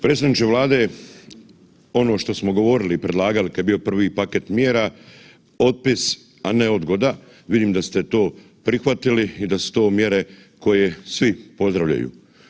Predsjedniče Vlade, ono što smo govorili i predlagali kad je bio prvi paket mjera, otpis, a ne odgoda, vidim da ste to prihvatili i da su to mjere koje svi pozdravljaju.